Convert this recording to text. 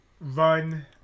run